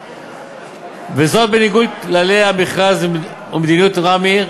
וזאת בניגוד לכללי המכרז ומדיניות רמ"י,